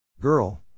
girl